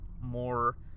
more